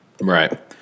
Right